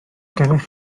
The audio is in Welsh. gennych